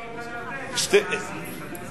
הגדה המערבית זה שתי גדות לירדן.